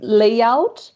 layout